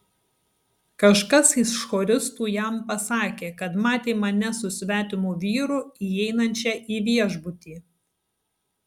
kažkas iš choristų jam pasakė kad matė mane su svetimu vyru įeinančią į viešbutį